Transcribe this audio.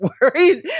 worried